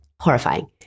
Horrifying